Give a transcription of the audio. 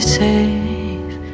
safe